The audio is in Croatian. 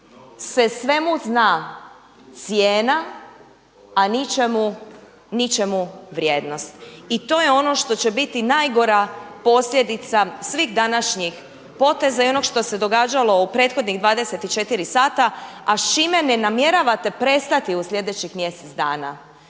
se svemu zna cijena a ničemu vrijednost. I to je ono što će biti najgora posljedica svih današnjih poteza i onog što se događalo u prethodnih 24 sata a s čime ne namjeravate prestati u sljedećih mjesec dana.